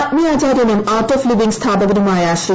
ആത്മീയാചാര്യനും art of living സ്ഥാപകനുമായ ശ്രീ